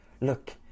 Look